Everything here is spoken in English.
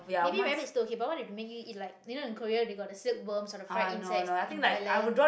maybe rabbit still okay but what if they make you eat like you know in Korea they got the silkworms or the friend insects in Thailand